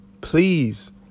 please